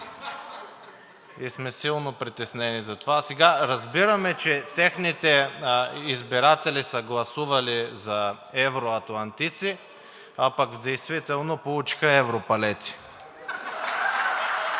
И сме силно притеснени за това. Разбираме, че техните избиратели са гласували за евроатлантици, а пък в действителност получиха европалети.